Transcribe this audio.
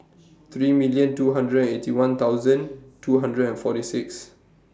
three million two hundred Eighty One thousand two hundred and forty six